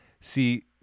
See